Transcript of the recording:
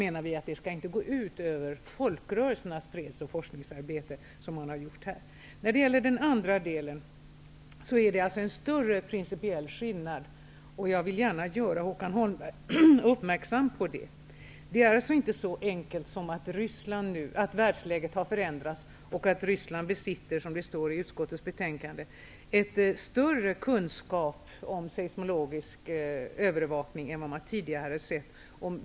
Men framför allt skall det inte gå ut över folkrörelsernas fredsoch forskningsarbete som har skett här. När det gäller den andra delen, är det en större principiell skillnad. Jag vill gärna göra Håkan Holmberg uppmärksam på det. Det är inte så enkelt som att världsläget har förändrats och att Ryssland besitter, som det står i utskottets betänkande, en större kunskap om seismologisk övervakning än vad man vetat om tidigare.